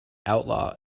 outlaw